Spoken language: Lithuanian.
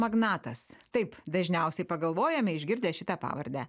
magnatas taip dažniausiai pagalvojame išgirdę šitą pavardę